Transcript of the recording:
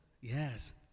yes